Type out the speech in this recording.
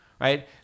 right